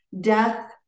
death